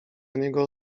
niego